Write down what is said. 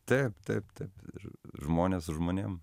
taip taip taip žmonės žmonėms